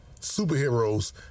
superheroes